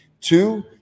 Two